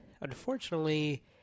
unfortunately